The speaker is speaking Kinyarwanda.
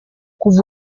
kuva